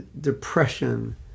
depression